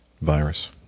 virus